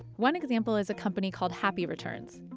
one example is a company called happy returns.